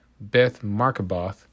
Beth-Markaboth